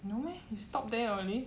no meh you stop there only